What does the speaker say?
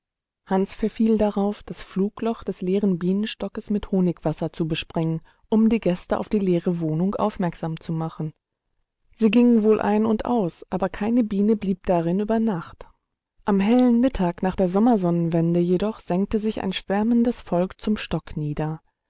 hans verfiel darauf das flugloch des leeren bienenstockes mit honigwasser zu besprengen um die gäste auf die leere wohnung aufmerksam zu machen sie gingen wohl ein und aus aber keine biene blieb darin über nacht am hellen mittag nach der sommersonnenwende jedoch senkte sich ein schwärmendes volk zum stock nieder